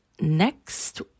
next